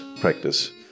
practice